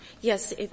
Yes